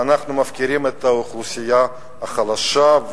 ואנחנו מפקירים את האוכלוסייה החלשה.